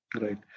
right